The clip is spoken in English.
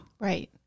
Right